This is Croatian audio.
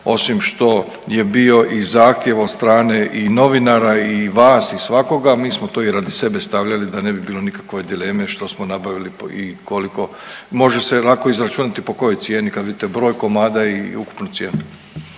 osim što je bio i zahtjev od strane i novinara i vas i svakoga mi smo to i radi sebe stavljali da ne bi bilo nikakve dileme što smo napravili i koliko. Može se lako izračunati po kojoj cijeni kad vidite broj komada i ukupnu cijenu.